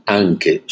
anche